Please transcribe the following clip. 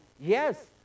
yes